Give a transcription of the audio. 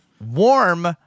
warm